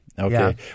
Okay